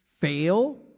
fail